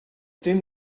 dim